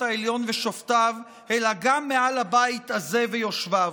העליון ושופטיו אלא גם מעל הבית הזה ויושביו.